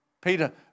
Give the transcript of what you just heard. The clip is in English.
Peter